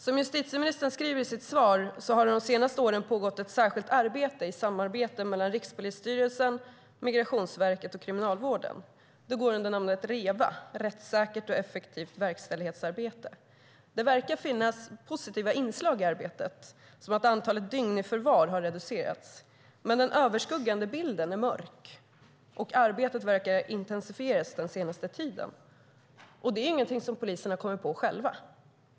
Som justitieministern skriver i sitt svar har det de senaste åren pågått ett särskilt arbete i samarbete mellan Rikspolisstyrelsen, Migrationsverket och Kriminalvården. Det går under namnet Reva, Rättssäkert och effektivt verkställighetsarbete. Det verkar finnas positiva inslag i arbetet, som att antalet dygn i förvar har reducerats. Men den överskuggande bilden är mörk, och arbetet verkar ha intensifierats den senaste tiden. Det är ingenting som poliserna har kommit på själva.